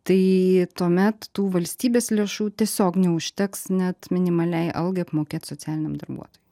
tai tuomet tų valstybės lėšų tiesiog neužteks net minimaliai algai apmokėt socialiniam darbuotojui